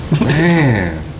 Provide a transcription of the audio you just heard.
Man